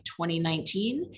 2019